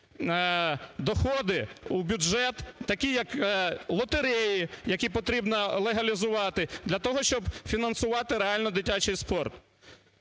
доходи у бюджет, такі як лотереї, які потрібно легалізувати, для того щоб фінансувати реально дитячий спорт?